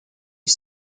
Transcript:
you